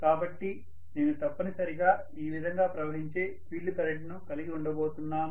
కాబట్టి నేను తప్పనిసరిగా ఈ విధంగా ప్రవహించే ఫీల్డ్ కరెంట్ను కలిగి ఉండబోతున్నాను